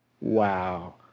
Wow